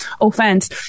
offense